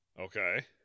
okay